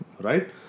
right